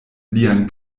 lian